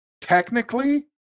Technically